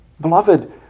Beloved